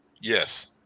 yes